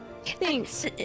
Thanks